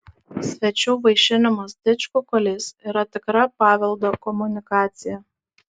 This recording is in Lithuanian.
svečių vaišinimas didžkukuliais yra tikra paveldo komunikacija